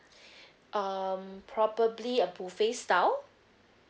um probably a buffet style